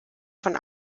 von